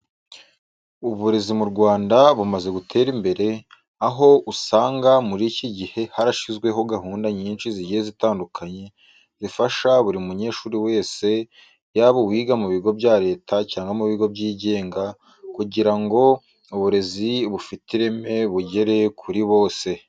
Uburezi mu Rwanda bumaze gutera imbere, aho usanga muri iki gihe harashyizweho gahunda nyinshi zigiye zitandukanye zifasha buri munyeshuri wese, yaba uwiga mu bigo bya Leta cyangwa mu bigo byigenga kugira ngo uburezi bufite ireme bugere kuri bose.